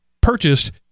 purchased